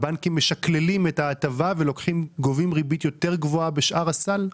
הבנקים משקללים את ההטבה וגובים ריבית יותר גבוהה בשאר הסל?